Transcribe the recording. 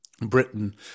Britain